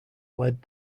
led